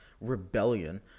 rebellion